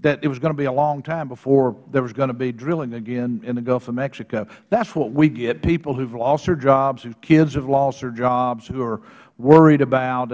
that it was going to be a long time before there was going to be drilling again in the gulf of mexico that's what we get people who've lost their jobs whose kids have lost their jobs who are worried abouth